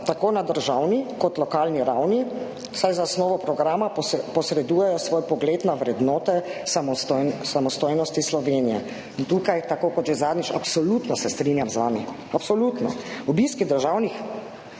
tako na državni kot lokalni ravni, saj z zasnovo programa posredujejo svoj pogled na vrednote samostojnosti Slovenije.« Tukaj, tako kot že zadnjič, se absolutno strinjam z vami, absolutno. Obiski državnih